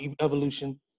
evolution